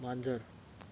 मांजर